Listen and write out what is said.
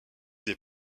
des